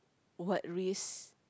what risk